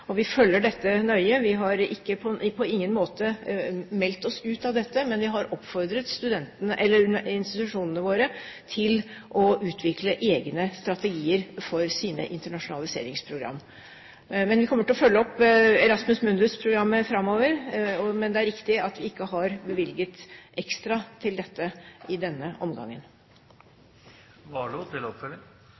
og vi følger det nøye. Vi har på ingen måte meldt oss ut av dette, men vi har oppfordret institusjonene våre til å utvikle egne strategier for sine internasjonaliseringsprogram. Vi kommer til å følge opp Erasmus Mundus-programmet framover, men det er riktig at vi ikke har bevilget ekstra til dette i denne